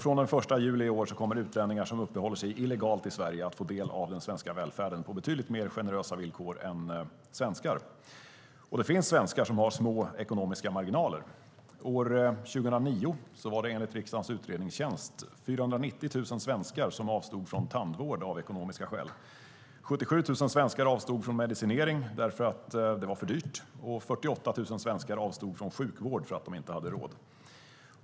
Från den 1 juli i år kommer utlänningar som uppehåller sig illegalt i Sverige att få del av den svenska välfärden och betydligt mer generösa villkor än svenskar. Och det finns svenskar som har små ekonomiska marginaler. År 2009 var det enligt riksdagens utredningstjänst 490 000 svenskar som avstod från tandvård av ekonomiska skäl, 77 000 svenskar som avstod från medicinering därför att det var för dyrt och 48 000 svenskar som avstod från sjukvård därför att de inte hade råd.